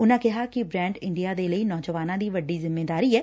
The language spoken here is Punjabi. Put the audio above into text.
ਉਨੁਾ ਕਿਹਾ ਕਿ ਬ੍ਰੈਡ ਇੰਡੀਆ ਦੇ ਲਈ ਨੌਜਵਾਨਾਂ ਦੀ ਵੱਡੀ ਜਿੰਮੇਦਾਰੀ ਐ